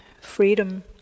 freedom